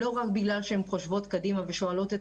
זה לא רק בגלל שהן חושבות קדימה ושואלות את